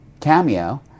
cameo